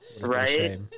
Right